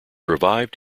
revived